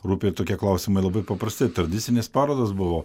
rūpi tokie klausimai labai paprasti tradicinės parodos buvo